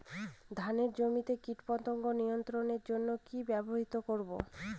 ধানের জমিতে কীটপতঙ্গ নিয়ন্ত্রণের জন্য কি ব্যবহৃত করব?